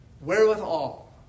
wherewithal